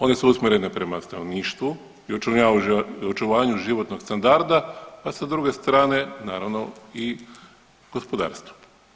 One su usmjerene prema stanovništvu i očuvanju životnog standarda, a sa druge strane naravno i gospodarstva.